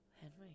Henry